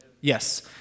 yes